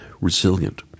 resilient